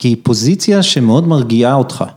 כי היא פוזיציה שמאוד מרגיעה אותך.